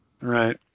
Right